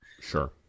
Sure